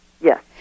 Yes